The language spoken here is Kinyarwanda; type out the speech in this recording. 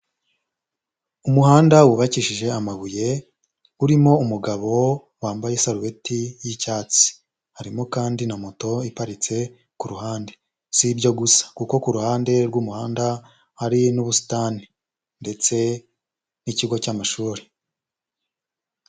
Umuhanda wubakishije amabuye urimo umugabo wambaye Isarubeti y'icyatsi harimo kandi na moto iparitse ku ruhande, sibyo gusa kuko ku ruhande rw'umuhanda hari n'ubusitani ndetse n'ikigo cy'amashuri.